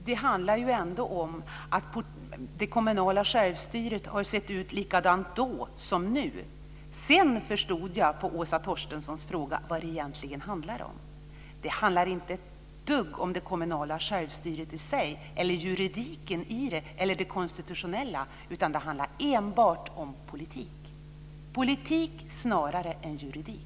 Herr talman! Det handlar ändå om att det kommunala självstyret såg likadant ut då som nu. Sedan förstod jag på Åsa Torstenssons fråga vad det egentligen handlar om. Det handlar inte ett dugg om det kommunala självstyret i sig, om dess juridiska eller om dess konstitutionella aspekter. Det handlar om politik snarare än om juridik.